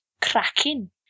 cracking